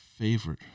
favorite